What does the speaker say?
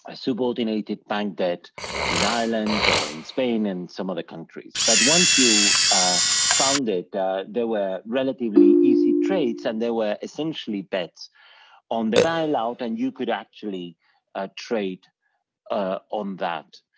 ah subordinated bank debt in ireland or in spain and some other countries but once you found it there were relatively easy trades and they were essentially bets on the bailout and you could actually ah trade ah on that.